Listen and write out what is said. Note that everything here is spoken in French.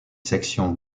sections